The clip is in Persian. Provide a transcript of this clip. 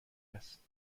است